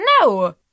No